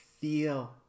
feel